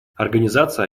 организация